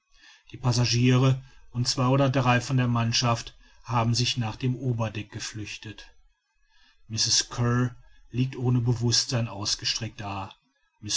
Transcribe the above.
die passagiere und zwei oder drei von der mannschaft haben sich nach dem oberdeck geflüchtet mrs kear liegt ohne bewußtsein ausgestreckt da